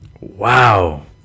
Wow